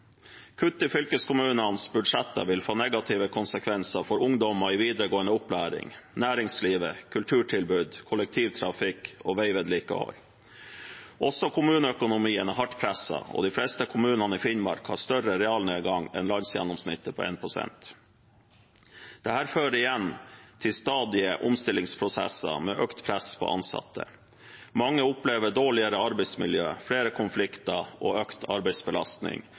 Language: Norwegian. Kutt i fylkeskommunenes budsjetter vil få negative konsekvenser for ungdommer i videregående opplæring, næringslivet, kulturtilbud, kollektivtrafikk og veivedlikehold. Også kommuneøkonomien er hardt presset, og de fleste kommunene i Finnmark har større realnedgang enn landsgjennomsnittet på 1 pst. Dette fører igjen til stadige omstillingsprosesser, med økt press på ansatte. Mange opplever dårligere arbeidsmiljø, flere konflikter og økt arbeidsbelastning,